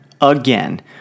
again